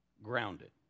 Grounded